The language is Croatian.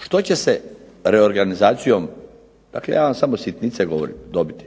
Što će se reorganizacijom, dakle ja vam samo sitnice govorim dobiti?